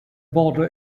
border